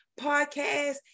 podcast